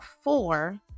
four